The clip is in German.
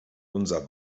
unser